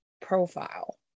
profile